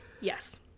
Yes